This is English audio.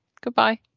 Goodbye